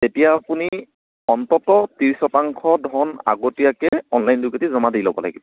তেতিয়া আপুনি অন্ততঃ ত্ৰিছ শতাংশ ধন আগতীয়াকে অনলাইন যোগেদি জমা দি ল'ব লাগিব